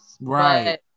right